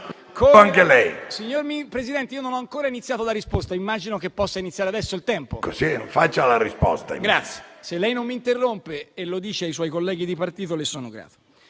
Signor Presidente, non ho ancora iniziato la risposta. Immagino che possa iniziare adesso il tempo. PRESIDENTE. Faccia la sua replica. RENZI *(IV-C-RE)*. Se lei non mi interrompe e lo dice ai suoi colleghi di partito, le sono grato.